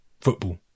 football